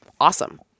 awesome